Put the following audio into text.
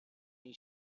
این